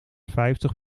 vijftig